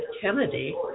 Kennedy